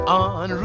on